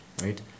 right